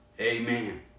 amen